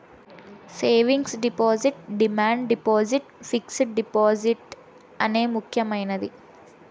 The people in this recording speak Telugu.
savings deposit demand deposit fixed deposit అనే ముక్యమైనది